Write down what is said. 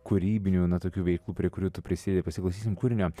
kūrybinių na tokių veiklų prie kurių tu prisidedi pasiklausysim kūrinio